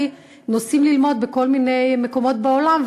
נוסעים ללמוד בכל מיני מקומות בעולם,